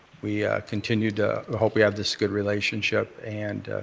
we continue to hope we have this good relationship and